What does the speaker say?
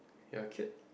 ya kid